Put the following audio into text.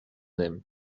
them